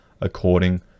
according